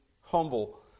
humble